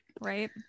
Right